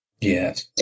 Yes